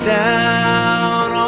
down